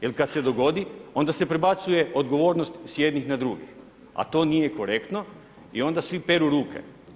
Jer kad se dogodi, onda se prebacuje odgovornost s jednih na drugi, a to nije korektno i onda svi peru ruke.